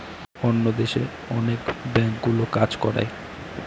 অন্য দেশে অনেক ব্যাঙ্কগুলো কাজ করায়